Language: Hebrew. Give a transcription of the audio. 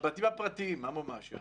בבתים הפרטיים, מה מומש, יוני?